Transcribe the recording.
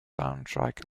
soundtrack